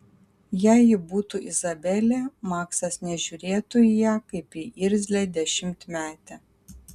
jei ji būtų izabelė maksas nežiūrėtų į ją kaip į irzlią dešimtmetę